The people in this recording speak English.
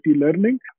learning